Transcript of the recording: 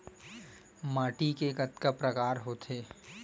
माटी के कतका प्रकार होथे?